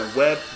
web